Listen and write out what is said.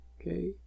okay